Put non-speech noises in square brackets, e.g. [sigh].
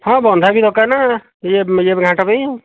ହଁ ବନ୍ଧାକୋବି ଦରକାର ନା [unintelligible] ଇଏ ଘାଣ୍ଟ ପାଇଁ